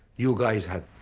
you guys had,